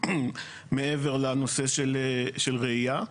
מעבר לנושא של רעייה.